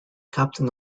captain